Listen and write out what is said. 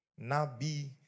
Nabi